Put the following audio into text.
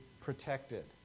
protected